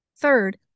Third